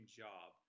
job